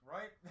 Right